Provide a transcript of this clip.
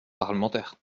parlementaire